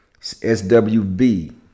SWB